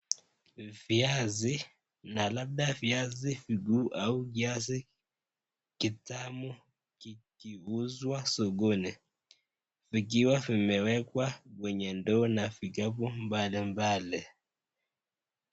Viazi na labda viazi vikuu au viazi kitamu kikiuzwa sokoni vikiwa vimewekwa kwenye ndoo na vikapu mbali mbali.